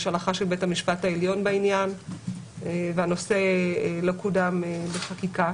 יש הלכה של בית המשפט העליון בעניין והנושא לא קודם בחקיקה.